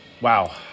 wow